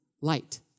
Light